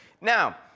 Now